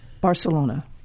Barcelona